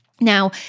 Now